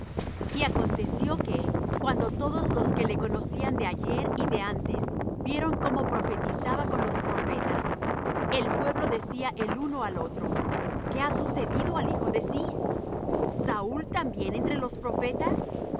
y aconteció que cuando todos los que le conocían de ayer y de antes vieron como profetizaba con los profetas el pueblo decía el uno al otro qué ha sucedido al hijo de cis saúl también entre los profetas